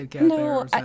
No